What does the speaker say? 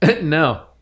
No